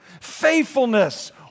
Faithfulness